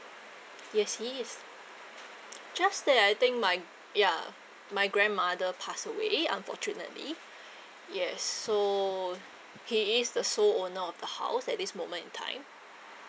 yes he is just that I think my yeah my grandmother passed away unfortunately yes so he is the sole owner of the house at this moment in time